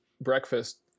breakfast